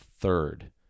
third